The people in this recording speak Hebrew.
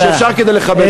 שאפשר כדי לכבד אותנו.